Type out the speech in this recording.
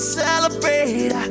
celebrate